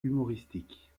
humoristique